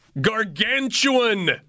gargantuan